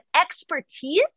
expertise